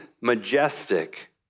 majestic